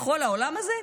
בכל העולם הזה,